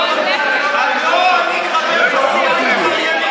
איפה אחמד טיבי?